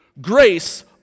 grace